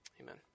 Amen